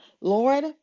Lord